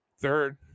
third